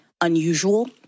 unusual